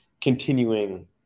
continuing